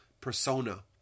persona